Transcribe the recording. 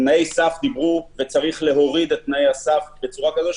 דיברו על תנאי סף וצריך להוריד את תנאי הסף בצורה כזאת,